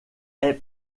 est